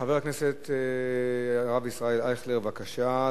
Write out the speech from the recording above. חבר הכנסת הרב ישראל אייכלר, בבקשה.